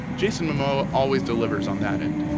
jason momoa always delivers on that end.